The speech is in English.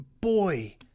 Boy